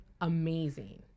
amazing